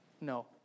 No